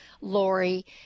Lori